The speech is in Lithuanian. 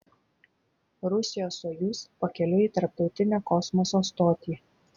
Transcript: rusijos sojuz pakeliui į tarptautinę kosmoso stotį